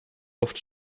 luft